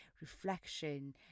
reflection